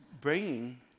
bringing